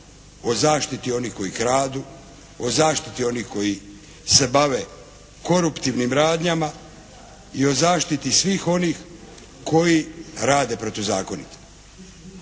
o zaštiti onih koji kradu, o zaštiti onih koji se bave koruptivnim radnjama i o zaštiti svih onih koji rade protuzakonito.